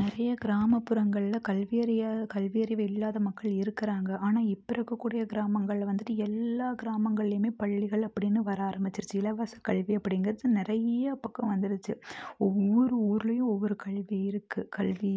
நிறைய கிராமப்புறங்கள்ல கல்வியறியா கல்வியறிவு இல்லாத மக்கள் இருக்குறாங்க ஆனால் இப்போ இருக்கக்கூடிய கிராமங்கள் வந்துட்டு எல்லா கிராமங்கள்லையுமே பள்ளிகள் அப்படினு வர ஆரம்பிச்சிருச்சு இலவச கல்வி அப்படிங்றது நிறைய பக்கம் வந்துருச்சு ஒவ்வொரு ஊர்லேயும் ஒவ்வொரு கல்வி இருக்குது கல்வி